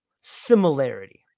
similarity